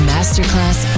Masterclass